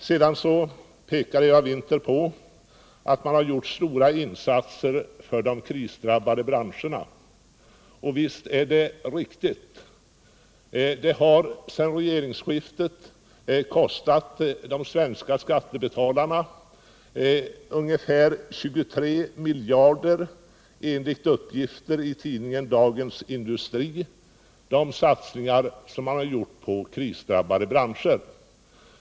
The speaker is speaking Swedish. Sedan pekade Eva Winther på att man har gjort stora insatser för de krisdrabbade branscherna, och visst är det riktigt. Enligt uppgifter i tidningen Dagens Industri har de satsningar som man gjort på krisdrabbade branscher sedan regeringsskiftet kostat ungefär 23 miljarder.